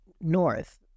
north